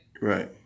Right